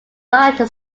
large